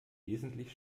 wesentlich